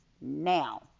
now